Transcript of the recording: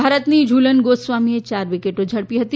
ભારતની ઝુલન ગોસ્વામીએ ચાર વિકેટો ઝડપી હતી